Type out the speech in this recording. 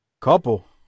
Couple